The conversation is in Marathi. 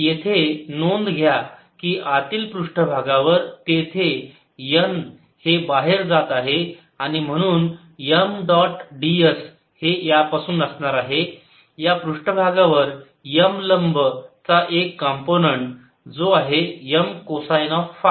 येथे नोंद घ्या की आतील पृष्ठभागावर तेथे n हे बाहेर जात आहे आणि म्हणून M डॉट ds हे यापासून असणार आहे या पृष्ठभागावर M लंब चा एक कंपोनंन्ट जो आहे M कोसाइन ऑफ फाय